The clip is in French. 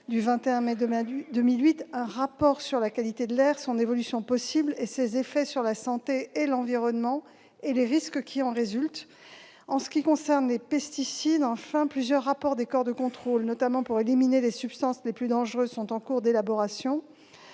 du 21 mai 2008, un rapport sur la qualité de l'air, son évolution possible, ses effets sur la santé et l'environnement et les risques qui en résultent. Pour ce qui concerne les pesticides, enfin, plusieurs rapports des corps de contrôle, notamment pour éliminer les substances les plus dangereuses, sont en cours d'élaboration.